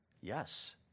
Yes